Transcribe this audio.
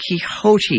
Quixote